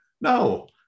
No